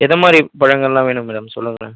எது மாதிரி பழங்களெலாம் வேணும் மேடம் சொல்லுங்கள்